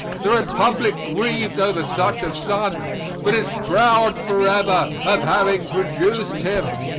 the republic grieved over such a son but is proud forever of having produced him.